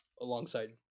alongside